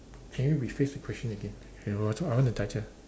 can you rephrase the question again